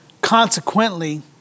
Consequently